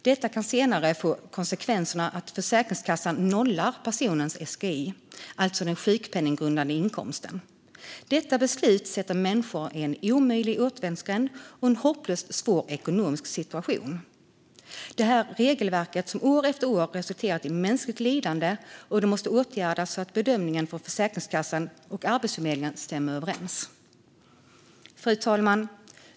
Detta kan senare få konsekvensen att Försäkringskassan nollar personens SGI, alltså den sjukpenninggrundande inkomsten. Detta beslut försätter människor i en omöjlig återvändsgränd och en hopplöst svår ekonomisk situation. Det här är ett regelverk som år efter år resulterat i mänskligt lidande, och det måste åtgärdas så att bedömningen från Försäkringskassan och Arbetsförmedlingen stämmer överens. Fru talman!